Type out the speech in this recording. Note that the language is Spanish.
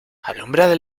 alumbrad